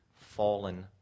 fallen